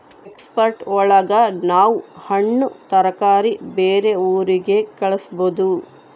export ಒಳಗ ನಾವ್ ಹಣ್ಣು ತರಕಾರಿ ಬೇರೆ ಊರಿಗೆ ಕಳಸ್ಬೋದು